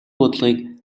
бодлогыг